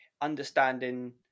understanding